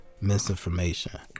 misinformation